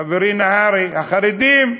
חברי נהרי, החרדים.